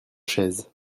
chaise